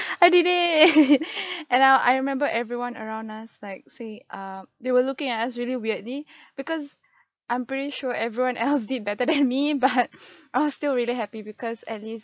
I did it and I'll I remember everyone around us like say err they were looking at us really weirdly because I'm pretty sure everyone else did better than me but I was still really happy because at least